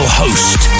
host